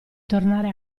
tornare